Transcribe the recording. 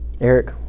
Eric